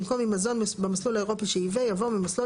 במקום "ממזון במסלול האירופי שייבא" ייבוא "ממזון